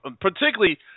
particularly